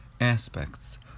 aspects